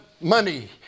money